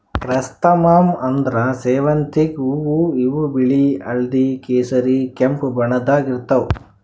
chrysanthemum ಅಂದ್ರ ಸೇವಂತಿಗ್ ಹೂವಾ ಇವ್ ಬಿಳಿ ಹಳ್ದಿ ಕೇಸರಿ ಕೆಂಪ್ ಬಣ್ಣದಾಗ್ ಇರ್ತವ್